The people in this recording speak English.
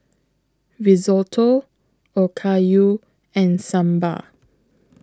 Risotto Okayu and Sambar